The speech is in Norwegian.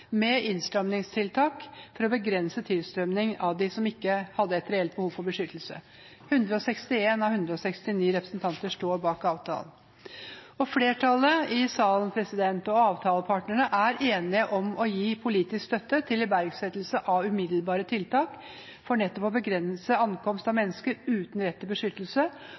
med innstrammingstiltak for å begrense tilstrømming av dem som ikke har et reelt behov for beskyttelse. 161 av 169 stortingsrepresentanter står bak denne avtalen. Flertallet i salen og avtalepartene er enige om å gi politisk støtte til iverksettelse av umiddelbare tiltak for nettopp å begrense ankomst av mennesker uten rett til beskyttelse,